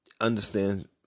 understand